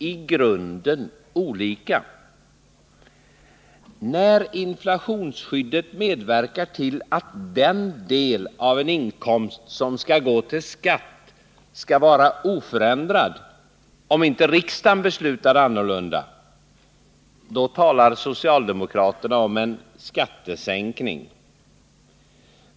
Samtidigt som inflationsskyddet medverkar till att den del av inkomsten som skall gå till skatt skall vara oförändrad — om inte riksdagen beslutar annorlunda — talar socialdemokraterna om en skattesänkning.